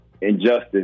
injustice